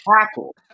tackle